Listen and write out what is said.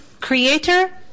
Creator